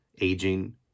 aging